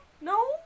no